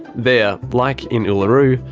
there, like in uluru,